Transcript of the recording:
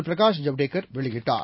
பிரகாஷ் ஜவ்டேகர் வெளியிட்டார்